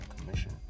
commission